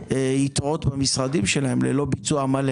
יתרות במשרדים שלהם ללא ביצוע מלא?